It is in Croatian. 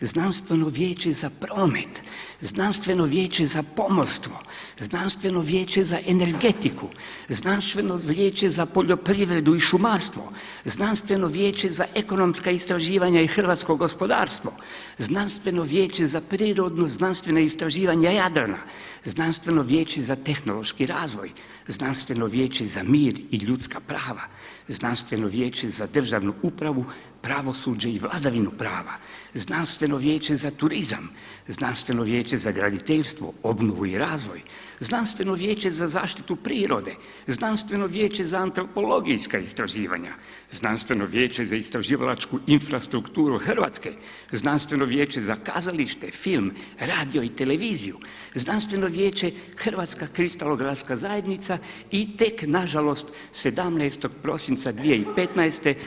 Znanstveno vijeća za promet, Znanstveno vijeća za pomorstvo, Znanstveno vijeća za energetiku, Znanstveno vijeća za poljoprivredu i šumarstvo, Znanstveno vijeća za ekonomska istraživanja i hrvatsko gospodarstvo, Znanstveno vijeće za prirodno znanstveno istraživanje Jadrana, Znanstveno vijeće za tehnološki razvoj, Znanstveno vijeće za mir i ljudska prava, Znanstveno vijeće za državnu upravu, pravosuđe i vladavinu prava, Znanstveno vijeće za graditeljstvo, obnovu i razvoj, Znanstveno vijeće za zaštitu prirode, Znanstveno vijeće za antropologijska istraživanja, Znanstveno vijeće za istraživalačku infrastrukturu Hrvatske, Znanstveno vijeće za kazalište, film, radio i televiziju, Znanstveno vijeće Hrvatska kristalografska zajednica i tek nažalost 17. prosinca 2015.